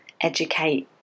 educate